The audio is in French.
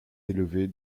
élevée